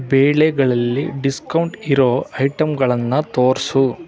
ಬೇಳೆಗಳಲ್ಲಿ discount ಇರೋ ಐಟಂಗಳನ್ನು ತೋರಿಸು